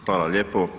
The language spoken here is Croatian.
Hvala lijepo.